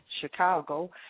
Chicago